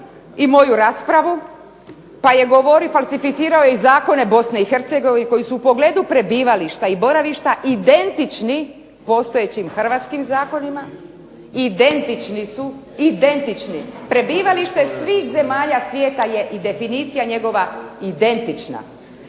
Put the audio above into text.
i moju raspravu, pa je falsificirao i zakone Bosne i Hercegovine koji su u pogledu prebivališta i boravišta identični postojećim hrvatskim zakonima. Identični. Prebivalište svih zemalja svijeta i definicija njegova identična.